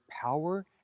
power